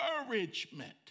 Encouragement